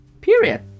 Period